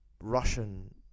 Russian